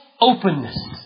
openness